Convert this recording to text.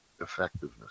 effectiveness